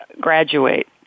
graduate